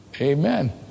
Amen